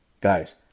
Guys